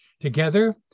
Together